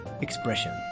expression